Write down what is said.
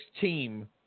team